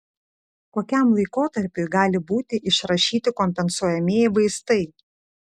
kokiam laikotarpiui gali būti išrašyti kompensuojamieji vaistai